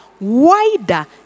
wider